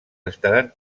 estaran